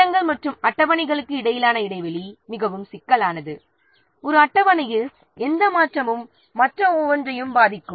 திட்டங்கள் மற்றும் அட்டவணைகளுக்கு இடையிலான இடைவெளி மிகவும் சிக்கலானது ஒரு அட்டவணையில் நடந்த எந்த மாற்றமும் மற்ற ஒவ்வொன்றையும் பாதிக்கும்